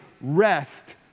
rest